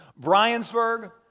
Bryansburg